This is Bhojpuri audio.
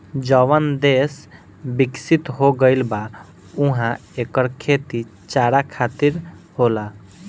जवन देस बिकसित हो गईल बा उहा एकर खेती चारा खातिर होला